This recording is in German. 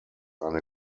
eine